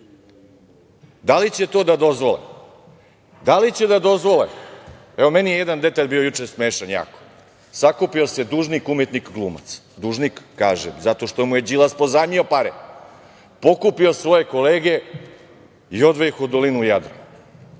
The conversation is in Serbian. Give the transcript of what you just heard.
Da li će to da dozvole? Da li će da dozvole? Meni je jedan detalj bio juče jako smešan. Sakupio se dužnik umetnik glumac, kažem "dužnik" zato što mu je Đilas pozajmio pare, pokupio svoje kolege i odveo ih u dolinu Jadra.